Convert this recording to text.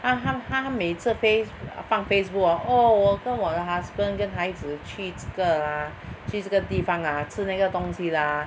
她她她每次 face 放 Facebook orh oh 我跟我的 husband 跟孩子去这个 ah 去这个地方啊吃那个东西 lah